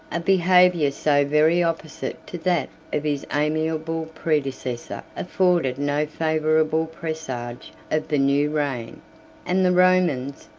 a behavior so very opposite to that of his amiable predecessor afforded no favorable presage of the new reign and the romans,